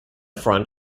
front